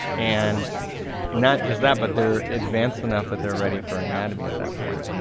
and not just that but they're advanced enough that they're ready for anatomy at that point.